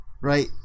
right